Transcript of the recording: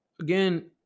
Again